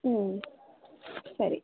ಹ್ಞೂ ಸರಿ